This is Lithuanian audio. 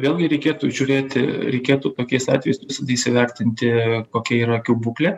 vėlgi reikėtų žiūrėti reikėtų tokiais atvejais įsivertinti kokia yra akių būklė